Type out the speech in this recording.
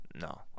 no